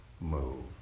move